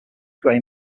gray